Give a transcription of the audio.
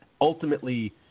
ultimately